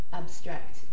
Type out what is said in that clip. abstract